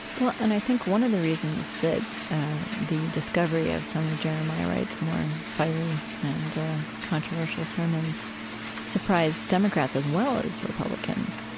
well, and i think one of the reasons that the discovery of some of jeremiah wright's more fiery and controversial sermons surprised democrats as well as republicans,